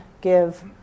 give